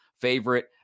favorite